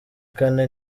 kane